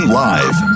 live